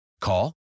Call